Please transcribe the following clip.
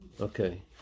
okay